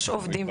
כרגע.